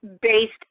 based